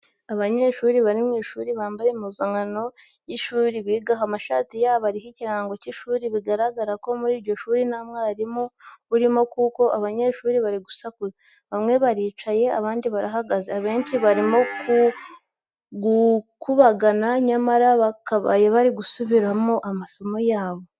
Abanyeshuri bari mu ishuri bambaye impuzankano y'ishuri bigaho, amashati yabo ariho ikirango cy'ishuri biragaragara ko muri iryo shuri nta mwarimu urimo kuko abanyeshuri bari gusakuza, bamwe baricaye abandi barahagaze, abenshi barimo gukubagana nyamara bakabaye barimo gusubira mu masomo yabo.